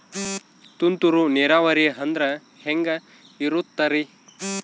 ತುಂತುರು ನೇರಾವರಿ ಅಂದ್ರೆ ಹೆಂಗೆ ಇರುತ್ತರಿ?